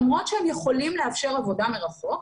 למרות שהם יכולים לאפשר עבודה מרחוק,